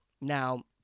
now